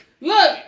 Look